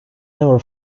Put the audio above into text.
never